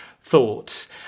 thoughts